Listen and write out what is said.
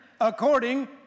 according